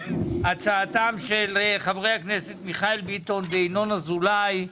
הצעתם של חברי הכנסת מיכאל ביטון וינון אזולאי.